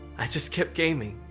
i just kept gaming.